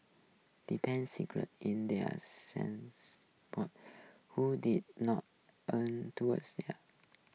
depend secret in thier who did not lean towards there